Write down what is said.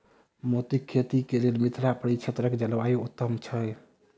मोतीक खेती केँ लेल मिथिला परिक्षेत्रक जलवायु उत्तम छै?